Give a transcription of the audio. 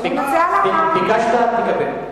ביקשת, תקבל.